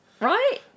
Right